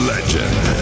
Legend